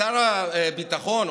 ושר הביטחון,